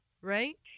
Right